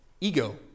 ego